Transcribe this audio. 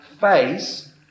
face